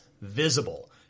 visible